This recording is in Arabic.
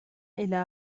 إلى